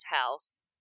house